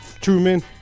Truman